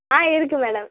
ஆ இருக்கு மேடம்